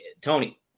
Tony